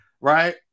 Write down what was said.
Right